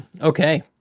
Okay